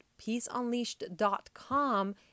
PeaceUnleashed.com